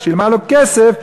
ששילמה לו כסף,